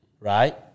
right